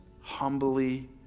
humbly